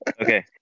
Okay